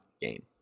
game